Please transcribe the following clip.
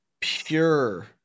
pure